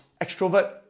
extrovert